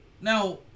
Now